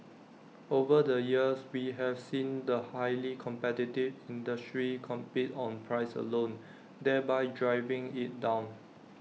over the years we have seen the highly competitive industry compete on price alone thereby driving IT down